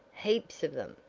heaps of them.